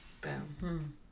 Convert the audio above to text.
Boom